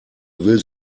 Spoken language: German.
will